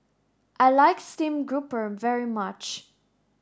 I like stream grouper very much